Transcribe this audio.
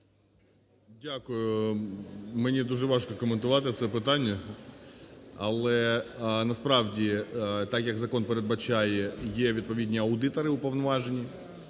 Дякую. Мені дуже важко коментувати це питання. Але, насправді, так як закон передбачає, є відповідні аудитори уповноважені,